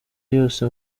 yose